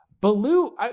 Baloo